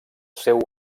seu